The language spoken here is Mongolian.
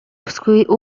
бүсгүй